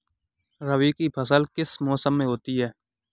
रबी की फसल किस मौसम में होती है?